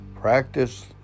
Practice